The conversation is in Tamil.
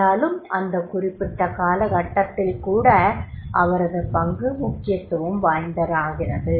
ஆனாலும் அந்த குறிப்பிட்ட காலகட்டத்தில் கூட அவரது பங்கு முக்கியத்துவம் வாய்ந்ததாகிறது